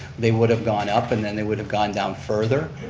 they would have gone up and then they would have gone down further.